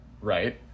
Right